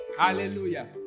hallelujah